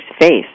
face